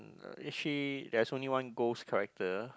actually is she there's only one ghost character